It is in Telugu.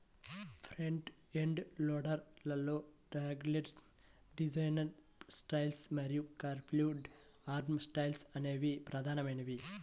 ఫ్రంట్ ఎండ్ లోడర్ లలో డాగ్లెగ్ డిజైన్ స్టైల్ మరియు కర్వ్డ్ ఆర్మ్ స్టైల్ అనేవి ప్రధానమైనవి